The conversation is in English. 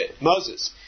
Moses